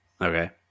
Okay